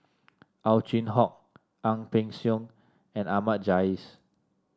Ow Chin Hock Ang Peng Siong and Ahmad Jais